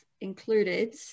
included